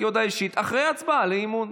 כהודעה אישית אחרי ההצבעה על האי-אמון.